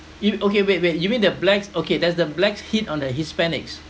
you okay wait wait you mean the blacks okay that's the blacks hit on the hispanics